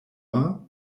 are